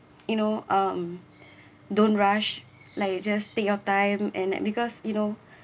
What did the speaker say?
you know um don't rush like you just take your time and like because you know